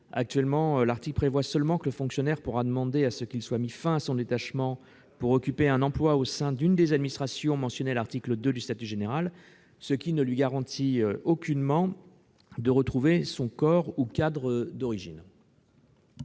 Actuellement, l'article 28 prévoit seulement que le fonctionnaire pourra demander qu'il soit mis fin à son détachement pour occuper un emploi au sein d'une des administrations mentionnées à l'article 2 du statut général. Cela ne lui garantit aucunement de retrouver son corps ou cadre d'origine.